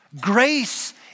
Grace